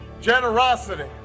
generosity